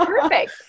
perfect